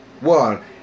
one